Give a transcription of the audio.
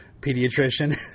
pediatrician